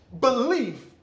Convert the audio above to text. Belief